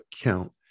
account